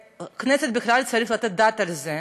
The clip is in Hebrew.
בכנסת בכלל צריך לתת את הדעת על זה.